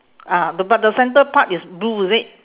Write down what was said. ah the but the centre part is blue is it